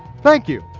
thank you.